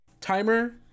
timer